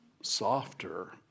softer